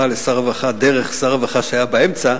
לשר רווחה דרך שר הרווחה שהיה באמצע,